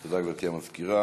תודה, גברתי המזכירה.